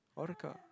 orca